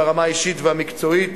ברמה המקצועית